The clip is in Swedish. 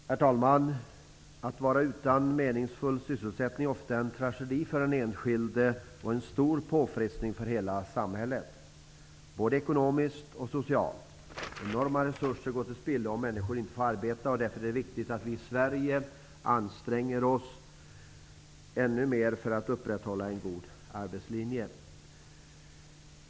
Herr talman! Att vara utan meningsfull sysselsättning är ofta en tragedi för den enskilde och en stor påfrestning för hela samhället, både ekonomiskt och socialt. Enorma resurser går till spillo om människor inte får arbeta. Därför är det viktigt att vi i Sverige anstränger oss ännu mer för att upprätthålla en god arbetslinje.